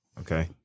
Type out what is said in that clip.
Okay